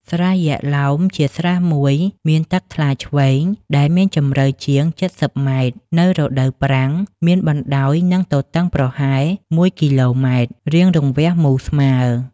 ស្រះយក្ខឡោម ជាស្រះមួយមានទឹកថ្លាឈ្វេង ដែលមានជម្រៅជាង ៧០ ម. នៅរដូវប្រាំង, មានបណ្ដោយ និង ទទឹងប្រហែល ១ គ.ម. រាងរង្វះមូលស្មើ ។